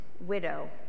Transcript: widow